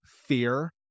Fear